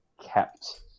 kept